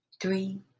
Three